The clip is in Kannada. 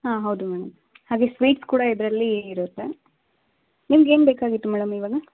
ಹಾಂ ಹೌದು ಮೇಡಮ್ ಹಾಗೇ ಸ್ವೀಟ್ಸ್ ಕೂಡ ಇದರಲ್ಲಿ ಇರುತ್ತೆ ನಿಮ್ಗೆ ಏನು ಬೇಕಾಗಿತ್ತು ಮೇಡಮ್ ಇವಾಗ